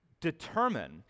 determine